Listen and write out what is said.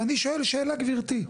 ואני שואל שאלה גברתי.